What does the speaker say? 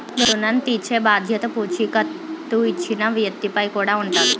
ఋణం తీర్చేబాధ్యత పూచీకత్తు ఇచ్చిన వ్యక్తి పై కూడా ఉంటాది